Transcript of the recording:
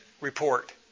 report